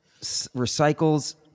recycles